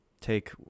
take